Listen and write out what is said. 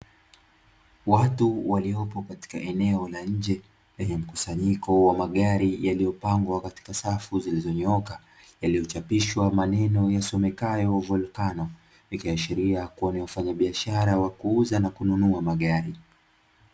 Watu waliopo katika eneo la nje lenye mkusanyiko wa magari yaliyopangwa katika safu zilizonyooka; yaliyochapishwa maneno yasomekayo "VOLCANO", ikiashiria kuwa ni wafanyabiashara wa kuuza na kununua magari.